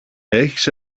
έχεις